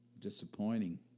disappointing